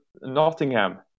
Nottingham